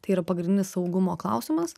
tai yra pagrindinis saugumo klausimas